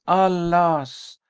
alas!